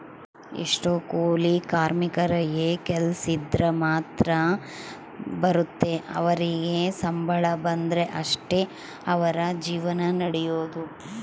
ಎಷ್ಟೊ ಕೂಲಿ ಕಾರ್ಮಿಕರಿಗೆ ಕೆಲ್ಸಿದ್ರ ಮಾತ್ರ ಬರುತ್ತೆ ಅವರಿಗೆ ಸಂಬಳ ಬಂದ್ರೆ ಅಷ್ಟೇ ಅವರ ಜೀವನ ನಡಿಯೊದು